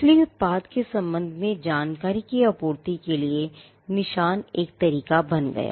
इसलिए उत्पाद के संबंध में जानकारी की आपूर्ति के लिए निशान एक तरीक़ा बन गया